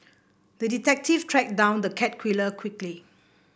the detective tracked down the cat killer quickly